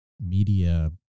media